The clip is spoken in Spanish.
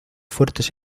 fuertes